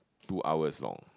two hours long